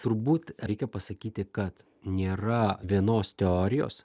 turbūt reikia pasakyti kad nėra vienos teorijos